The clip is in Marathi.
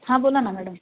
हां बोला ना मॅडम